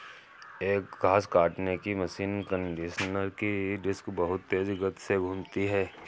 एक घास काटने की मशीन कंडीशनर की डिस्क बहुत तेज गति से घूमती है